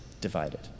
divided